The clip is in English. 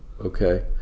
okay